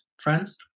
friends